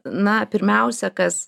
na pirmiausia kas